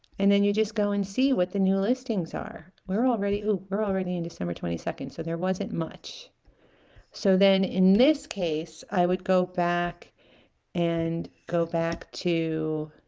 and then you just go and see what the new listings are we're already we're already in december twenty second so there wasn't much so then in this case i would go back and go back to